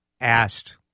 asked